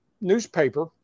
newspaper